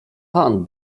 pan